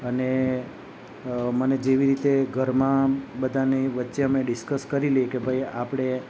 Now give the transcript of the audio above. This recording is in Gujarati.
અને મને જેવી રીતે ઘરમાં બધાની વચ્ચે અમે ડિસ્કસ કરી લઈ કે ભાઈ આપણે